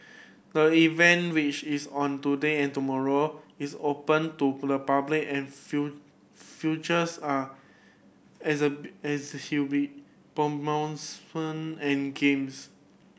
the event which is on today and tomorrow is open to public and futures are as a as and games